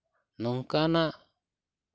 ᱱᱚᱝᱠᱟᱱᱟᱜ